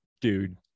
dude